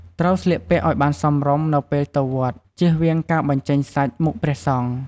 ត្រូវស្លៀកពាក់ឲ្យបានសមរម្យនៅពេលទៅវត្ត ជៀសវាងការបញ្ចេញសាច់មុខព្រះសង្ឃ។